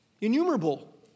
innumerable